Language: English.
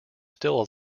still